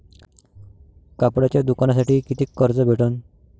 कापडाच्या दुकानासाठी कितीक कर्ज भेटन?